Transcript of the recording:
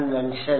convention